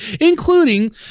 including